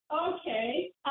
Okay